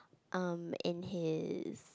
um in his